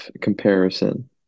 comparison